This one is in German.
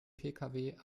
pkw